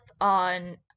on